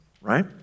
right